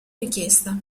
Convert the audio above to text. richiesta